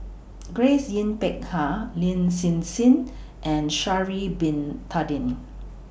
Grace Yin Peck Ha Lin Hsin Hsin and Sha'Ari Bin Tadin